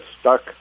stuck